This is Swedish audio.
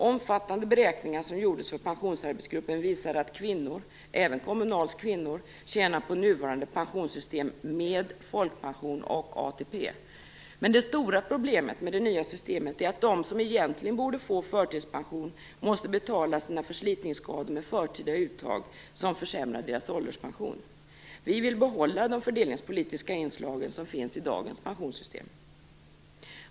Omfattande beräkningar som gjordes av pensionsarbetsgruppen visar att kvinnor, även Kommunals kvinnor, tjänar på nuvarande pensionssystem med folkpension och ATP. Men det stora problemet med det nya systemet är att de som egentligen borde få förtidspension måste betala sina förslitningsskador med förtida uttag, vilket försämrar deras ålderspension. Vi vill behålla de fördelningspolitiska inslag som finns i dagens pensionssystem.